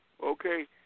Okay